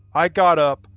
i got up,